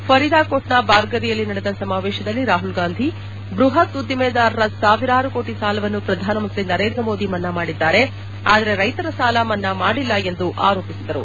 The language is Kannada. ಫರೀದಾಕೋಟ್ನ ಬಾರ್ಗರಿಯಲ್ಲಿ ನಡೆದ ಸಮಾವೇಶದಲ್ಲಿ ರಾಹುಲ್ ಗಾಂಧಿ ಬೃಹತ್ ಉದ್ದಿಮೆದಾರರ ಸಾವಿರಾರು ಕೋಟಿ ಸಾಲವನ್ನು ಪ್ರಧಾನಮಂತ್ರಿ ನರೇಂದ್ರ ಮೋದಿ ಮನ್ನಾ ಮಾಡಿದ್ದಾರೆ ಆದರೆ ರೈತರ ಸಾಲ ಮನ್ನಾ ಮಾಡಿಲ್ಲ ಎಂದು ಆರೋಪಿಸಿದರು